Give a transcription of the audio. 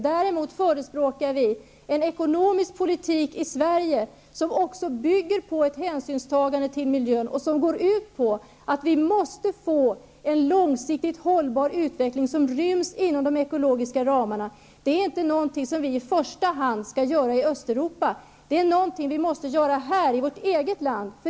Däremot förespråkar vi en ekonomisk politik i Sverige som också bygger på ett hänsynstagande till miljön och som går ut på att vi måste få en långsiktigt hållbar utveckling som ryms inom de ekologiska ramarna. Det är inte någonting som vi i första hand skall göra i Östeuropa. Det är någonting som vi måste göra här, i vårt eget land.